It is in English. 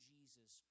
Jesus